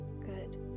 Good